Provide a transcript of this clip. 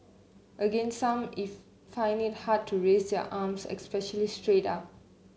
again some if find it hard to raise their arms especially straight up